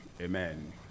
Amen